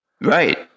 Right